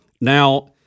Now